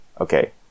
Okay